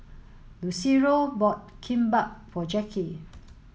Lucero bought Kimbap for Jacky